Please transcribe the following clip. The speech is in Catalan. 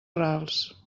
rals